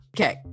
Okay